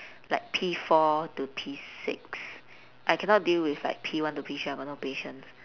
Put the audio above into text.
like P four to P six I cannot deal with like P one to P three I got no patience